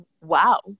Wow